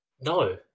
No